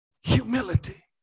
Humility